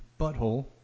Butthole